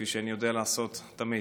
כפי שאני יודע לעשות תמיד.